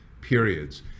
periods